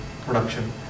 production